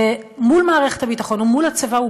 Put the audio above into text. ומול מערכת הביטחון ומול הצבא.